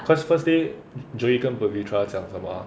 cause first day joey 跟 pavitra 讲什么 ah